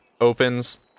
opens